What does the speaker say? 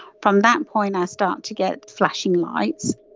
from that point i start to get flashing lights.